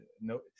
no